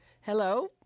Hello